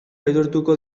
aitortuko